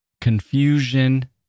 confusion